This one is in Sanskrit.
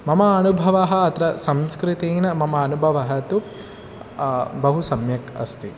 मम अनुभवः अत्र संस्कृतेन मम अनुभवः तु बहु सम्यक् अस्ति